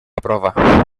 prova